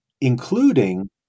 including